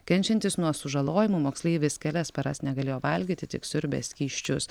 kenčiantis nuo sužalojimų moksleivis kelias paras negalėjo valgyti tik siurbė skysčius